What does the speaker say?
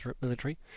military